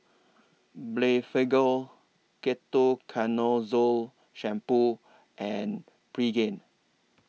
Blephagel Ketoconazole Shampoo and Pregain